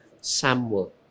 Samuel